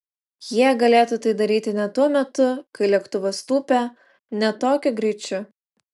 jie galėtų tai daryti ne tuo metu kai lėktuvas tūpia ne tokiu greičiu